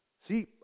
see